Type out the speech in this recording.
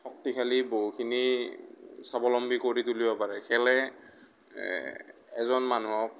শক্তিশালী বহুখিনি স্বাৱলম্বী কৰি তুলিব পাৰে খেলে এজন মানুহক